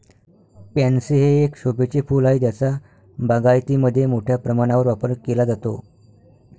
pansy हे एक शोभेचे फूल आहे ज्याचा बागायतीमध्ये मोठ्या प्रमाणावर वापर केला जातो